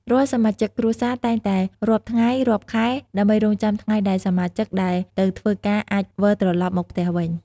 រាល់សមាជិកគ្រួសារតែងតែរាប់ថ្ងៃ រាប់ខែ ដើម្បីរង់ចាំថ្ងៃដែលសមាជិកដែលទៅធ្វើការអាចវិលត្រឡប់មកផ្ទះវិញ។